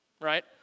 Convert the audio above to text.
Right